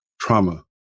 trauma